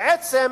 בעצם